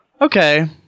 okay